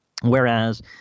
Whereas